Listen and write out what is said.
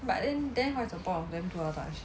but then then what's the point of them 读到大学